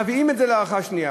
ומביאים את זה להארכה שנייה?